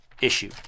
issue